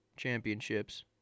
championships